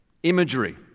Imagery